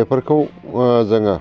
बेफोरखौ ओ जोङो